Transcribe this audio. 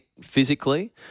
physically